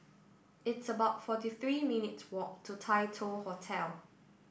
it's about forty three minutes' walk to Tai Hoe Hotel